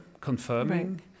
confirming